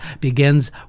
begins